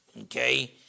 okay